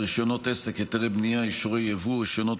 אישורים רגולטוריים שפקעו בין היום שבו פרצה המלחמה,